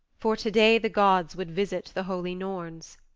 for today the gods would visit the holy norns.